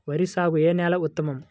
వరి సాగుకు ఏ నేల ఉత్తమం?